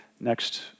next